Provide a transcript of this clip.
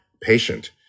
patient